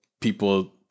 people